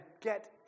get